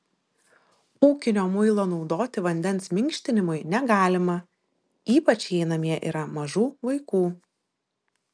ūkinio muilo naudoti vandens minkštinimui negalima ypač jei namie yra mažų vaikų